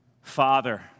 Father